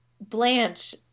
Blanche